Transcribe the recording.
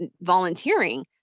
volunteering